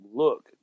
look